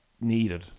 needed